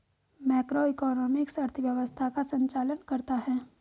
macroeconomics अर्थव्यवस्था का संचालन करता है